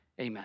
amen